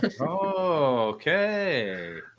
Okay